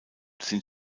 sind